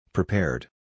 Prepared